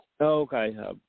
Okay